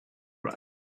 red